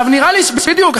בדיוק.